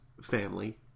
family